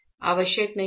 आवश्यक नहीं हैं